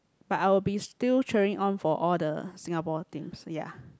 but I will be still cheering on for all the Singapore teams ya